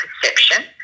perception